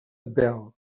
vel